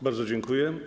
Bardzo dziękuję.